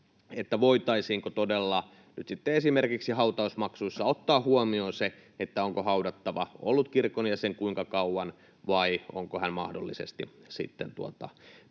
voitaisiinko todella nyt sitten esimerkiksi hautausmaksuissa ottaa huomioon se, onko haudattava ollut kirkon jäsen kuinka kauan vai onko hän mahdollisesti päättänyt